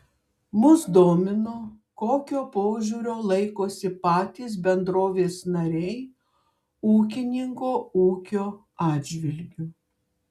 mus domino kokio požiūrio laikosi patys bendrovės nariai ūkininko ūkio atžvilgiu